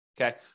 okay